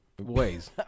ways